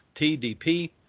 TDP